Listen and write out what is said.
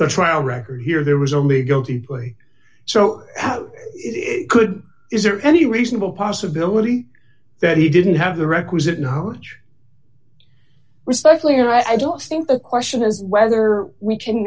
the trial record here there was only a guilty plea so it could is there any reasonable possibility that he didn't have the requisite knowledge respectfully i don't think the question is whether we can